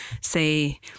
say